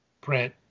print